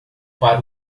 para